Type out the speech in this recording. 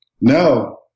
No